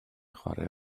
chwarae